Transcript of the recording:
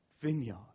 vineyard